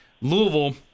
Louisville